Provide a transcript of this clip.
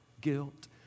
guilt